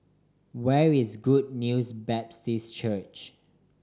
where is Good News Baptist Church